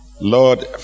Lord